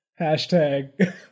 Hashtag